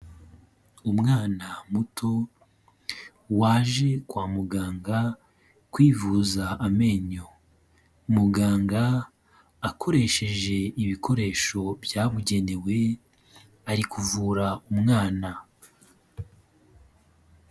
Umwana muto waje kwa muganga kwivuza amenyo, muganga akoresheje ibikoresho byabugenewe ari kuvura umwana.